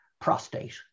prostate